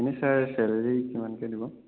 এনেই sir salary কিমানকে দিব